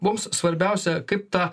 mums svarbiausia kaip tą